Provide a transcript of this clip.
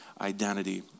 identity